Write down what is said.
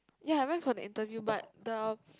ya I went for the interview but the